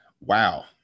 wow